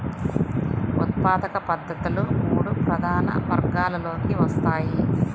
ఉత్పాదక పద్ధతులు మూడు ప్రధాన వర్గాలలోకి వస్తాయి